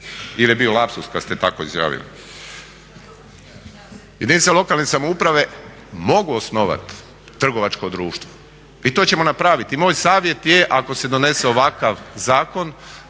ili je bio lapsus kad ste tako izjavili. Jedinice lokalne samouprave mogu osnovati trgovačko društvo i to ćemo napraviti. Moj savjet je ako se donese ovakav zakon